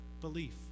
belief